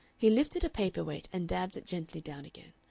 he lifted a paper-weight and dabbed it gently down again.